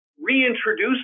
reintroduce